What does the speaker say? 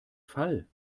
fall